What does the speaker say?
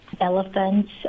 elephants